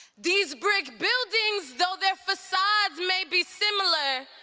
these brick buildings, though their facades may be similar,